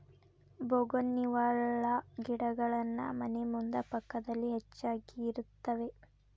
bougainvillea ಗಿಡಗಳನ್ನಾ ಮನೆ ಮುಂದೆ ಪಕ್ಕದಲ್ಲಿ ಹೆಚ್ಚಾಗಿರುತ್ತವೆ